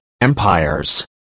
empires